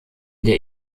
der